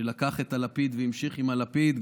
שלקח את הלפיד והמשיך עם הלפיד.